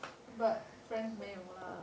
but friends 没有 lah